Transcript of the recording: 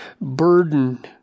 burden